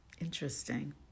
interesting